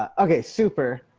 um okay super.